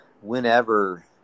whenever